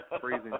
freezing